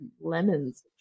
lemons